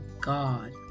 God